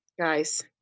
Guys